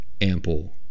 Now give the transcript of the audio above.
ample